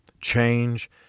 Change